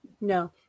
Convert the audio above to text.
No